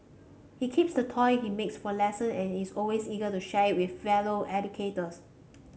he keeps the toy he makes for lesson and is always eager to share it with fellow educators